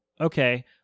okay